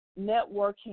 networking